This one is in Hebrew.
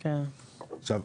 עכשיו,